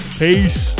peace